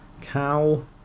cow